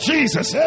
Jesus